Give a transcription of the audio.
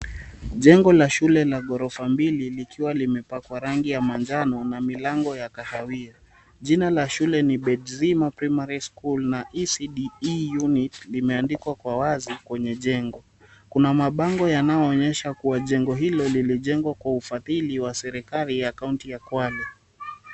Jengo la shule lina ghorofa mbili likiwa limepakwa rangi ya manjano na milango ya kahawia. Jina la shule ni Bedzima Primary School na ecde unit limeandikwa kwa wazi kwenye jengo. Kuna mabango yanayoonyesha kuwa jengo hilo lilijengwa kwa ufadhili wa 𝑠𝑒𝑟𝑖𝑘𝑎𝑙𝑖 𝑦𝑎 kaunti ya Kwale.